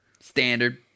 Standard